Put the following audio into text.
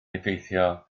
effeithio